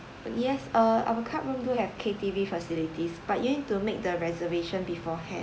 but yes uh our club room do have ktv facilities but you need to make the reservation beforehand